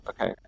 okay